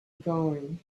going